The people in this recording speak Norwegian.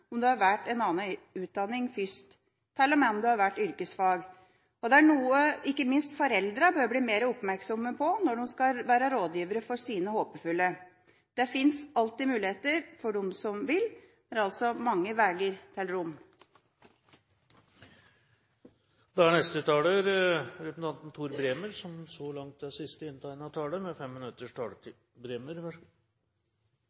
om du har valgt en annen utdanning først – til og med om du har valgt yrkesfag. Det er også noe som ikke minst foreldre bør bli mer oppmerksomme på, når de skal være rådgivere for sine håpefulle. Det finnes alltid muligheter for dem som vil. Det er mange veier til